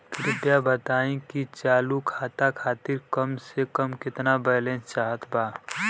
कृपया बताई कि चालू खाता खातिर कम से कम केतना बैलैंस चाहत बा